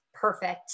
Perfect